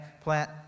plant